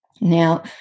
Now